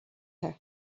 her